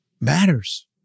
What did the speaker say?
matters